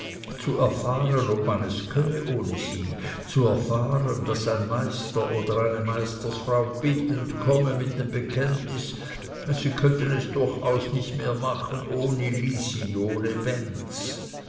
zu erfahren ob man es könne ohne sie zu erfahren daß ein meister oder eine meisterfrau bittend komme mit dem bekenntnis sie könnten es durchaus nicht mehr machen ohne lisi ohne benz